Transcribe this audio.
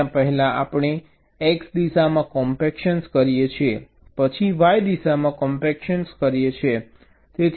જ્યાં પહેલા આપણે x દિશામાં કોમ્પેક્ટ કરીએ છીએ પછી y દિશામાં કોમ્પેક્ટ કરીએ છીએ